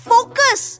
Focus